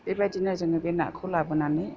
बेबायदिनो जोङो बे नाखौ लाबोनानै